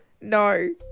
No